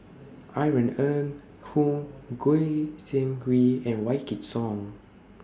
Irene Ng Hoong Goi Seng Gui and Wykidd Song